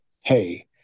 hey